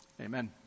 Amen